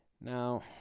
Now